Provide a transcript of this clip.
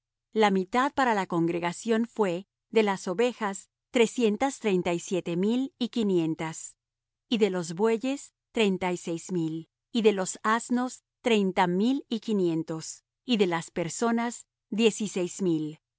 la mitad para la congregación fué de las ovejas trescientas treinta y siete mil y quinientas y de los bueyes treinta y seis mil y de los asnos treinta mil y quinientos y de las personas diez y seis mil de